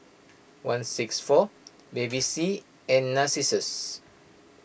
one six four Bevy C and Narcissus